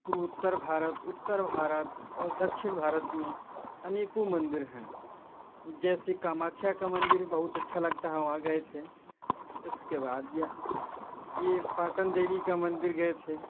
पूर्वोत्तर भारत उत्तर भारत और दक्षिण भारत में अनेकों मंदिर हैं जैसे कामाख्या का मंदिर बहुत अच्छा लगता है वहाँ गए थे इसके बाद यह यह पाटनदेवी का मंदिर गए थे